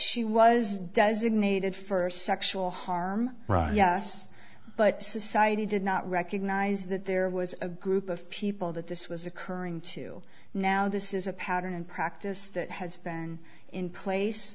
was designated for sexual harm yes but society did not recognize that there was a group of people that this was occurring to now this is a pattern and practice that has been in place